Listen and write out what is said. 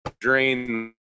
drain